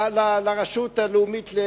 לרשות הלאומית,